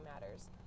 matters